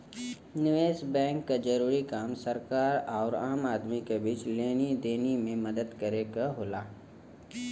निवेस बैंक क जरूरी काम सरकार आउर आम आदमी क बीच लेनी देनी में मदद करे क होला